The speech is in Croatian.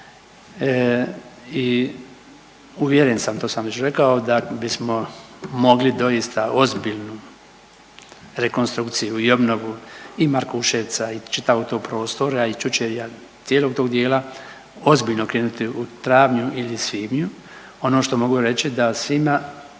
i uvjeren sam, to sam već rekao, da bismo mogli doista ozbiljno rekonstrukciju i obnovu i Markuševca i čitavog tog prostora i Čučerja i cijelog tog dijela, ozbiljno krenuti u travnju ili svibnju. Ono što mogu reći da svima